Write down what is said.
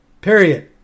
period